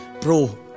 bro